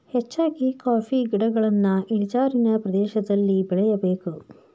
ಹೆಚ್ಚಾಗಿ ಕಾಫಿ ಗಿಡಗಳನ್ನಾ ಇಳಿಜಾರಿನ ಪ್ರದೇಶದಲ್ಲಿ ಬೆಳೆಯಬೇಕು